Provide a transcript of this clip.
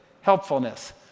helpfulness